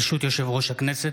ברשות יושב-ראש הכנסת,